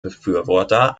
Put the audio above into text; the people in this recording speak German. befürworter